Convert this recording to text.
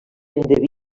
endeví